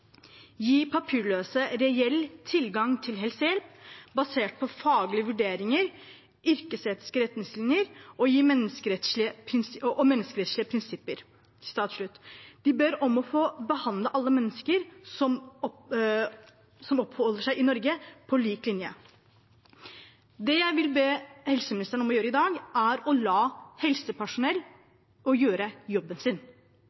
reell tilgang til helsehjelp, basert på faglige vurderinger, yrkesetiske retningslinjer og menneskerettslige prinsipper». De ber om å få behandle alle mennesker som oppholder seg i Norge, likt. Det jeg i dag vil be helseministeren om, er å la helsepersonell gjøre jobben sin. Det burde det ikke være så vanskelig for en helseminister å